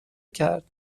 کرد